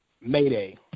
Mayday